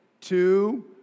two